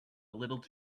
little